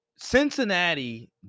Cincinnati